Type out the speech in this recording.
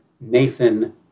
Nathan